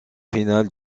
finale